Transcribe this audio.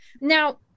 Now